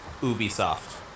Ubisoft